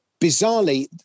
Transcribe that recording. bizarrely